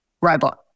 robot